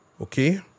okay